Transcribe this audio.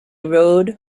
rode